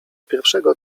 pierwszego